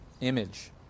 image